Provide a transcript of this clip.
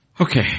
Okay